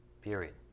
period